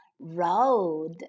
road